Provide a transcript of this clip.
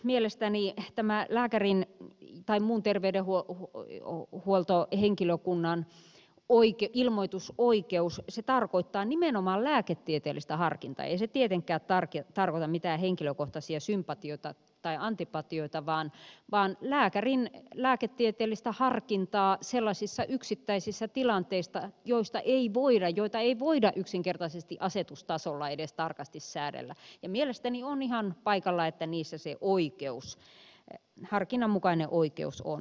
mielestäni tämä lääkärin tai muu terveydenhuolto voi olla huolta henkilö muun terveydenhuoltohenkilökunnan ilmoitusoikeus tarkoittaa nimenomaan lääketieteellistä harkintaa ei se tietenkään tarkoita mitään henkilökohtaisia sympatioita tai antipatioita vaan lääkärin lääketieteellistä harkintaa sellaisissa yksittäisissä tilanteissa joita ei yksinkertaisesti edes voida asetustasolla tarkasti säädellä ja mielestäni on ihan paikallaan että niissä se harkinnanmukainen oikeus on